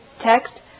text